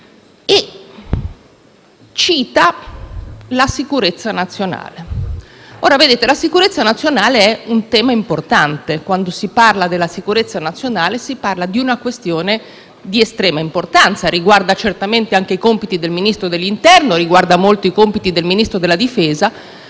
Cita la sicurezza nazionale. Vedete, colleghi, la sicurezza nazionale è un tema importante. Quando si parla di sicurezza nazionale si tratta una questione di estrema importanza che riguarda certamente anche i compiti del Ministro dell'interno e riguarda molto le funzioni del Ministro della difesa.